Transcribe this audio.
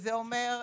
שזה אומר,